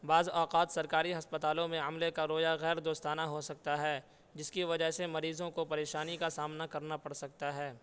بعض اوقات سرکاری ہسپتالوں میں عملہ کا رویا غیر دوستانہ ہو سکتا ہے جس کی وجہ سے مریضوں کو پریشانی کا سامنا کرنا پڑ سکتا ہے